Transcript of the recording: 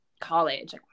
college